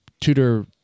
tutor